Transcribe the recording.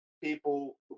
people